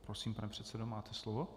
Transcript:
Prosím, pane předsedo, máte slovo.